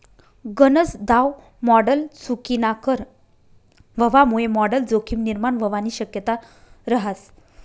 गनज दाव मॉडल चुकीनाकर व्हवामुये मॉडल जोखीम निर्माण व्हवानी शक्यता रहास